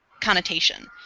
connotation